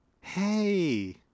Hey